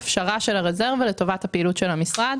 הפשרה של הרזרבה לטובת פעילות המשרד.